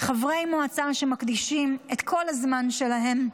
חברי מועצה שמקדישים את כל הזמן שלהם,